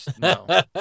No